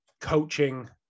coaching